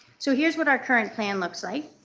so here is what our current plan looks like.